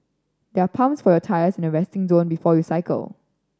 there are pumps for your tyres at the resting zone before you cycle